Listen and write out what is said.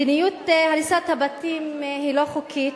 מדיניות הריסת הבתים היא לא חוקית,